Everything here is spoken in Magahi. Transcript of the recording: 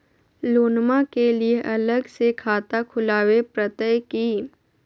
लोनमा के लिए अलग से खाता खुवाबे प्रतय की?